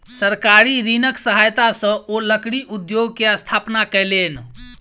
सरकारी ऋणक सहायता सॅ ओ लकड़ी उद्योग के स्थापना कयलैन